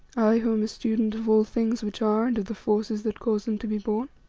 i, who am a student of all things which are and of the forces that cause them to be born.